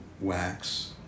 wax